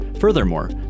Furthermore